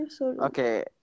Okay